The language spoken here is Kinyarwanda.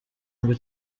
ngo